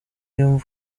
iyo